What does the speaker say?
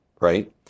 right